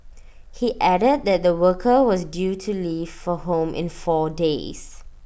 he added that the worker was due to leave for home in four days